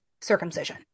circumcision